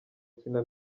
kina